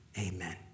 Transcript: Amen